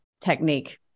technique